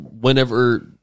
whenever